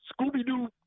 Scooby-Doo